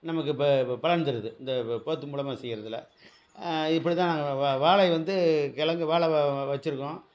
நமக்கு ப பலன் தருது இந்தப் போத்து மூலமாக செய்கிறதுல இப்படி தான் வ வ வாழை வந்து கெழங்கு வாழை வச்சுருக்கோம்